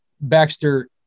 Baxter